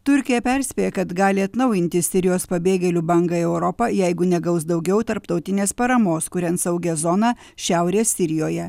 turkija perspėja kad gali atnaujinti sirijos pabėgėlių bangą į europą jeigu negaus daugiau tarptautinės paramos kuriant saugią zoną šiaurės sirijoje